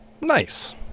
Nice